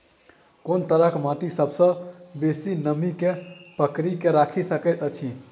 कोन तरहक माटि सबसँ बेसी नमी केँ पकड़ि केँ राखि सकैत अछि?